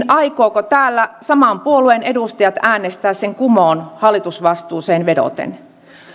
aikovatko täällä saman puolueen edustajat äänestää sen kumoon hallitusvastuuseen vedoten